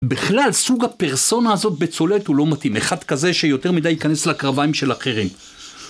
בכלל סוג הפרסונה הזאת בצוללת הוא לא מתאים. אחד כזה שיותר מדי ייכנס לקרביים של אחרים.